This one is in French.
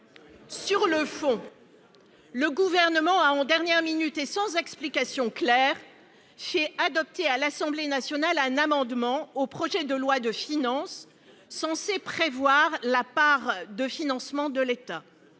Sur le fond, ensuite. Le Gouvernement a, en dernière minute et sans explication claire, fait adopter à l'Assemblée nationale un amendement au projet de loi de finances censé prévoir la part de financement de l'État.